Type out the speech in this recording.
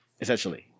essentially